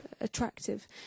attractive